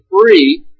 free